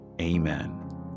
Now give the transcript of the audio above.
Amen